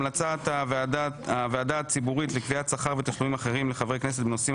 המלצת הוועדה הציבורית לקביעת שכר ותשלומים אחרים לחברי כנסת בנושאים